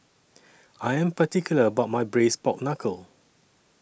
I Am particular about My Braised Pork Knuckle